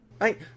Right